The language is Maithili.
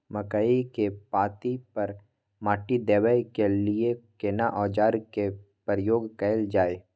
मकई के पाँति पर माटी देबै के लिए केना औजार के प्रयोग कैल जाय?